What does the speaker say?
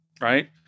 right